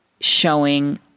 showing